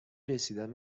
رسیدن